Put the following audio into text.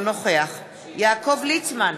אינו נוכח יעקב ליצמן,